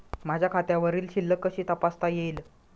माझ्या खात्यावरील शिल्लक कशी तपासता येईल?